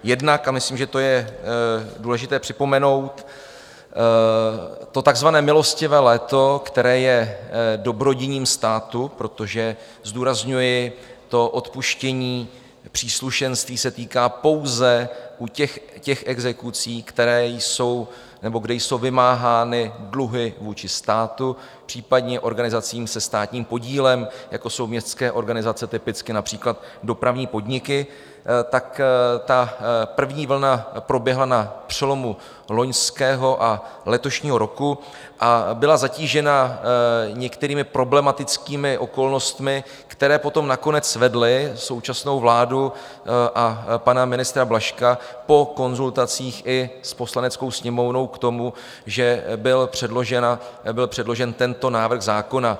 Jednak, a myslím, že to je důležité připomenout, to takzvané milostivé léto, které je dobrodiním státu protože zdůrazňuji, odpuštění příslušenství se týká pouze exekucí, kde jsou vymáhány dluhy vůči státu, případně organizacím se státním podílem, jako jsou městské organizace, typicky například dopravní podniky první vlna proběhla na přelomu loňského a letošního roku a byla zatížena některými problematickými okolnostmi, které potom nakonec vedly současnou vládu a pana ministra Blažka po konzultacích i s Poslaneckou sněmovnou k tomu, že byl předložen tento návrh zákona.